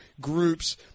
groups